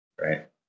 right